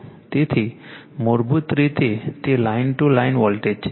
તેથી મૂળભૂત રીતે તે લાઇન ટુ લાઇન વોલ્ટેજ છે